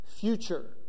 future